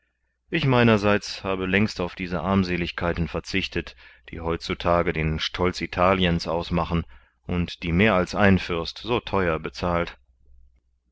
ich meinerseits habe längst auf diese armseligkeiten verzichtet die heutzutage den stolz italiens ausmachen und die mehr als ein fürst so theuer bezahlt